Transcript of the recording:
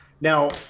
now